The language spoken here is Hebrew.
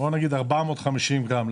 מ-450 גם.